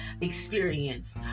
experience